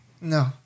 No